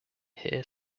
here